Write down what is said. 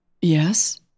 yes